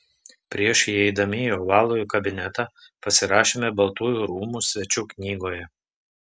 prieš įeidami į ovalųjį kabinetą pasirašėme baltųjų rūmų svečių knygoje